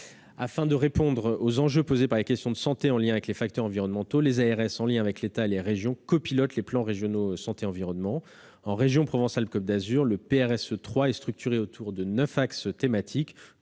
Afin de répondre aux enjeux posés par les questions de santé, en lien avec les facteurs environnementaux, les ARS, en lien avec l'État et les régions, copilotent les plans régionaux santé environnement (PRSE). En région Provence-Alpes-Côte d'Azur, le PRSE 3 est structuré autour de neuf axes thématiques